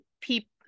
people